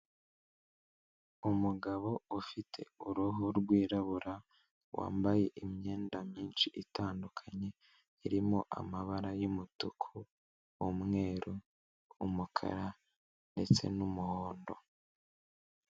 Umugabo ufite uruhu rwirabura wambaye imyenda myinshi itandukanye, irimo amabara y'umutuku, umweru, umukara, ndetse n'umuhondo.